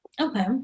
Okay